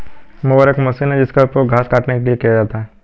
mower एक मशीन है जिसका उपयोग घास काटने के लिए किया जाता है